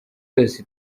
yose